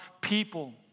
people